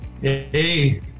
Hey